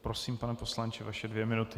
Prosím, pane poslanče, vaše dvě minuty.